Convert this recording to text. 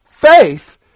faith